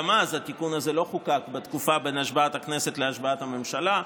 גם אז התיקון הזה לא חוקק בתקופה שבין השבעת הכנסת להשבעת הממשלה,